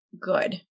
good